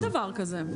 אין דבר כזה.